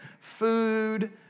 food